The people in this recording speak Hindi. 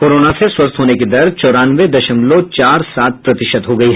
कोरोना से स्वस्थ होने की दर चौरानवे दशमलव चार सात प्रतिशत हो गयी